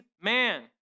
man